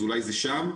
אז אולי זה שם?